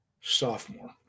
sophomore